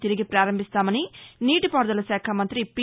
తిరిగి పారంబిస్తామని నీటి పారుదల శాఖ మంత్రి పి